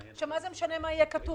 עכשיו, מה זה משנה מה יהיה כתוב.